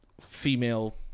female